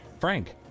Frank